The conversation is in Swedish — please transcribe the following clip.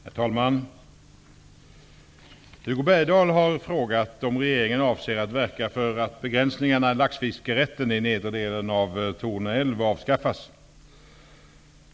Herr talman! Hugo Bergdahl har frågat om regeringen avser att verka för att begränsningarna i laxfiskerätten i nedre delen av Torne älv avskaffas.